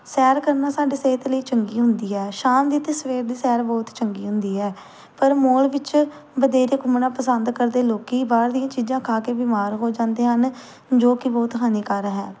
ਸੈਰ ਕਰਨਾ ਸਾਡੀ ਸਿਹਤ ਲਈ ਚੰਗੀ ਹੁੰਦੀ ਹੈ ਸ਼ਾਮ ਦੀ ਅਤੇ ਸਵੇਰ ਦੀ ਸੈਰ ਬਹੁਤ ਚੰਗੀ ਹੁੰਦੀ ਹੈ ਪਰ ਮੌਲ ਵਿੱਚ ਵਧੇਰੇ ਘੁੰਮਣਾ ਪਸੰਦ ਕਰਦੇ ਲੋਕ ਬਾਹਰ ਦੀਆਂ ਚੀਜ਼ਾਂ ਖਾ ਕੇ ਬਿਮਾਰ ਹੋ ਜਾਂਦੇ ਹਨ ਜੋ ਕਿ ਬਹੁਤ ਹਾਨੀਕਾਰਕ ਹੈ